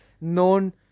known